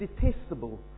detestable